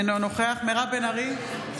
אינו נוכח מירב בן ארי,